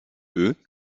eux